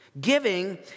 giving